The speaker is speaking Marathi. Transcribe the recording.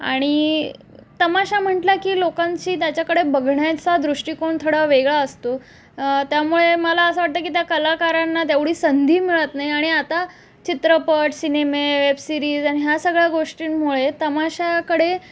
आणि तमाशा म्हटल्या की लोकांशी त्याच्याकडे बघण्याचा दृष्टिकोण थोडा वेगळा असतो त्यामुळे मला असं वाटतं की त्या कलाकारांना तेवढी संधी मिळत नाही आणि आता चित्रपट सिनेमे वेबसिरीज आणि ह्या सगळ्या गोष्टींमुळे तमाशाकडे